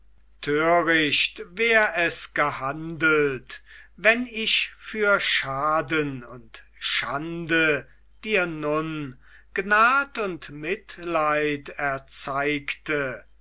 töricht wär es gehandelt wenn ich für schaden und schande dir nun gnad und mitleid erzeigte